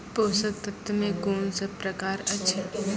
पोसक तत्व मे कून सब प्रकार अछि?